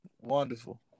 Wonderful